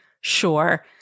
sure